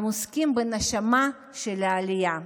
הם עוסקים בנשמה של העלייה.